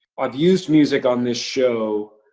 i've used music on this show,